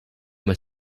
were